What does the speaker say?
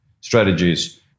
strategies